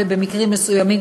ובמקרים מסוימים,